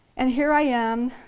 and here i am